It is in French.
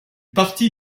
partie